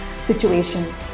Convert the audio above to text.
situation